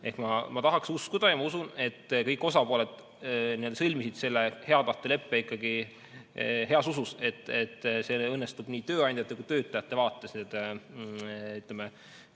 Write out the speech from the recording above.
Ma tahaks uskuda ja ma usun, et kõik osapooled sõlmisid selle hea tahte leppe ikkagi heas usus, et õnnestub nii tööandjate kui ka töötajate vaates, ütleme,